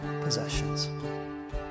possessions